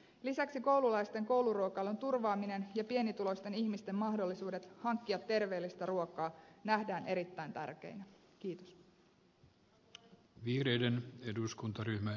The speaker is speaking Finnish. lisäksi koululaisten kouluruokailun turvaaminen ja pienituloisten ihmisten mahdollisuudet hankkia terveellistä ruokaa nähdään erittäin tärkeinä